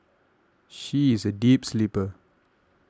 she is a deep sleeper